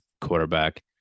quarterback